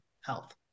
health